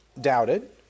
doubted